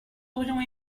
aurions